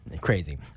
Crazy